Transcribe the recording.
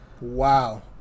Wow